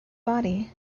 body